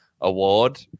award